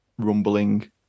rumbling